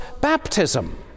baptism